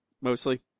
mostly